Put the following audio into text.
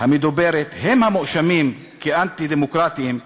המדוברת הם המואשמים כאנטי-דמוקרטים,